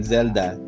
Zelda